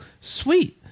sweet